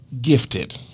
gifted